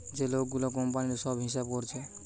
যে লোক গুলা কোম্পানির সব হিসাব কোরছে